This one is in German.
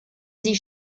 sie